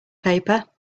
paper